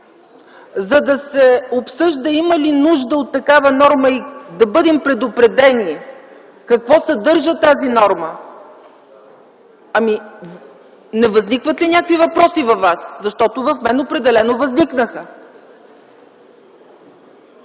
за да се обсъжда има ли нужда от такова норма и да бъдем предупредени какво съдържа тази норма. Ами, не възникват ли някакви въпроси към вас, защото в мен определено възникнаха?